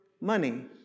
money